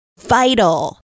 vital